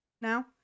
now